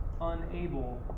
unable